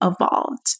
evolved